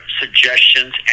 suggestions